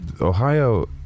ohio